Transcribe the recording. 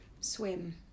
swim